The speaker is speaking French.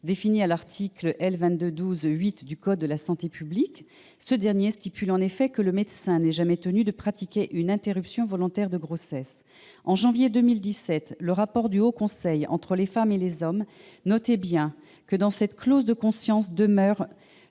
définie à l'article L. 2212-8 du code de la santé publique. Cet article dispose en effet que le « médecin n'est jamais tenu de pratiquer une interruption volontaire de grossesse ». Au mois de janvier 2017, le rapport du Haut Conseil à l'égalité entre les femmes et les hommes notait bien que, tant que cette clause de conscience demeurera,